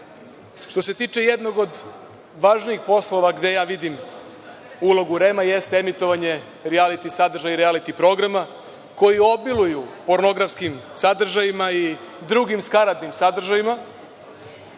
se tiče jednog od važnijih poslova gde vidim ulogu REM jeste emitovanje rijatili sadržaja i rijaliti programa koji obiluju pornografskim sadržajima i drugim skaradnim sadržajima.